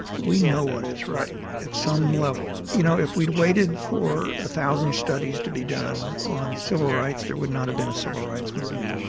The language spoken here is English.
we know what is right at some level. you know, if we'd waited for one thousand studies to be done on civil rights there would not have been a civil rights movement.